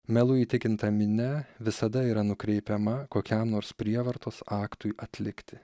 melu įtikinta minia visada yra nukreipiama kokiam nors prievartos aktui atlikti